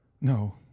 no